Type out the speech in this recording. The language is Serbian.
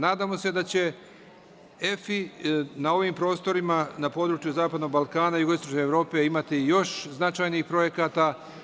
Nadamo se da će EFI na ovim prostorima, na području zapadnog Balkana jugoistočne Evrope imati još značajnih projekata.